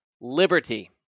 liberty